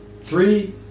three